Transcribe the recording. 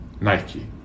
Nike